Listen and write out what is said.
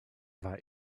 war